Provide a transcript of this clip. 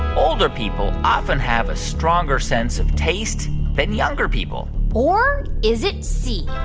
older people often have a stronger sense of taste than younger people? or is it c,